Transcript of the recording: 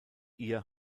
ihr